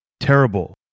Terrible